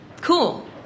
cool